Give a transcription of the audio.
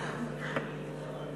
(חותם על